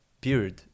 period